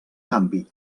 canvi